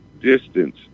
distance